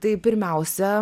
tai pirmiausia